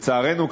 לצערנו,